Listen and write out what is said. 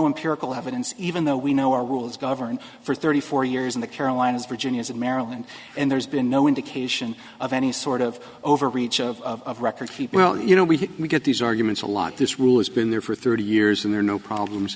evidence even though we know our rules govern for thirty four years in the carolinas virginia and maryland and there's been no indication of any sort of overreach of record keeping well you know we we get these arguments a lot this rule has been there for thirty years who are no problems